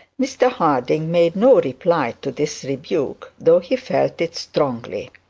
mr harding made no reply to this rebuke, though he felt it strongly.